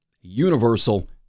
universal